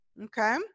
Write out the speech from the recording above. Okay